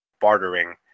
bartering